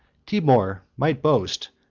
timour might boast,